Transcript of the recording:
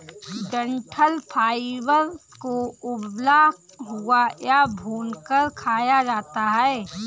डंठल फाइबर को उबला हुआ या भूनकर खाया जाता है